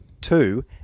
two